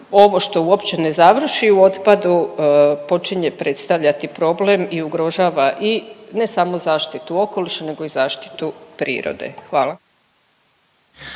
ovo što uopće ne završi u otpadu počinje predstavljati problem i ugrožava i ne samo zaštitu okoliša nego i zaštitu prirode. Hvala.